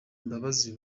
imbabazi